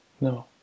no